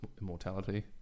immortality